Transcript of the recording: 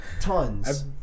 tons